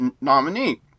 nominee